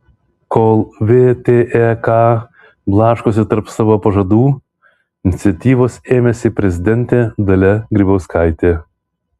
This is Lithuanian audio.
kol vtek blaškosi tarp savo pažadų iniciatyvos ėmėsi prezidentė dalia grybauskaitė